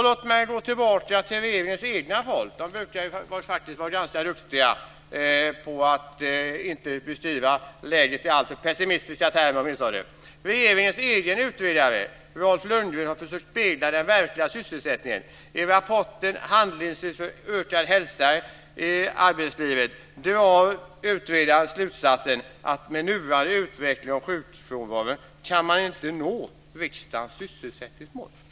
Låt mig gå tillbaka till regeringens eget folk; de brukar ju faktiskt vara ganska duktiga på att inte beskriva läget i alltför pessimistiska termer åtminstone. Regeringens egen utredare, Rolf Lundgren, har försökt spegla den verkliga sysselsättningen. I rapporten En handlingsplan för ökad hälsa i arbetslivet drar utredaren slutsatsen att med nuvarande utveckling av sjukfrånvaron kan man inte nå riksdagens sysselsättningsmål.